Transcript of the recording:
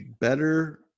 better –